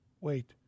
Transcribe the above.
wait